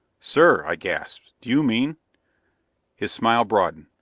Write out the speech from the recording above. sir. i gasped, do you mean his smile broadened.